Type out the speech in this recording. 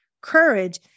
courage